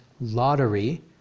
lottery